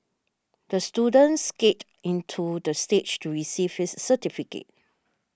the student skated into the stage to receive his certificate